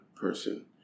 person